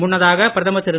முன்னதாக பிரதமர் திரு